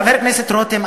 חבר הכנסת רותם,